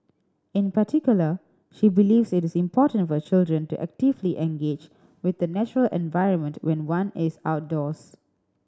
in particular she believes it is important for children to actively engage with the natural environment when one is outdoors